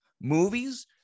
movies